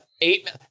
eight